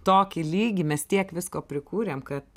tokį lygį mes tiek visko prikūrėm kad